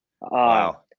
wow